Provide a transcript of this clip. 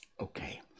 Okay